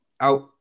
out